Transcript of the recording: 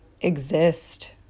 exist